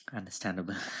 Understandable